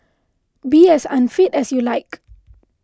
be as unfit as you like